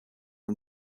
and